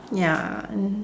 ya and